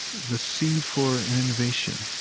the seed for an innovation